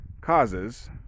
causes